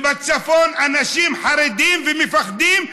ובדרום אנשים חרדים ומפחדים,